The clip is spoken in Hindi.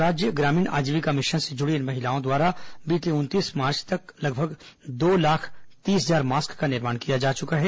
राज्य ग्रामीण आजीविका मिशन से जुड़ी इन महिलाओं द्वारा बीते उनतीस मार्च तक लगभग दो लाख तीस हजार मास्क का निर्माण किया जा चुका है